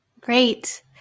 Great